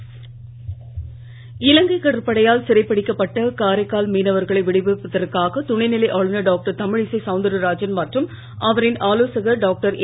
புதுச்சோி துணைநிலை ஆளுநர் இலங்கை கடற்படையால் சிறைப்பிடிக்கப்பட்ட காரைக்கால் மீனவர்களை விடுவிப்பதற்காக துணைநிலை ஆளுநர் டாக்டர் தமிழிசை சௌந்தரராஜன் மற்றும் அவாின் ஆலோசகர் டாக்டர் ஏ